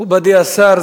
מכובדי השר,